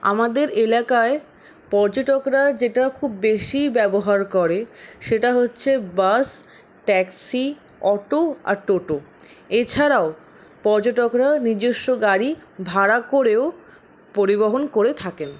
আমাদের এলাকায় পর্যটকরা যেটা খুব বেশি ব্যবহার করে সেটা হচ্ছে বাস ট্যাক্সি অটো আর টোটো এছাড়াও পর্যটকরা নিজেস্ব গাড়ি ভাড়া করেও পরিবহন করে থাকেন